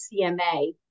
cma